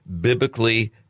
biblically